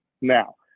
Now